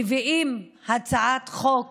ומביאים הצעת חוק